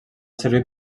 servir